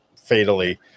fatally